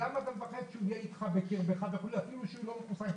למה אתה מפחד שהוא יהיה בקרבתך אפילו שהוא לא מחוסן?